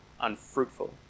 unfruitful